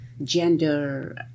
Gender